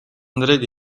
нарыг